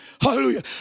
hallelujah